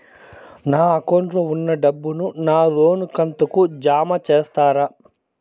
నా అకౌంట్ లో ఉన్న డబ్బును నా లోను కంతు కు జామ చేస్తారా?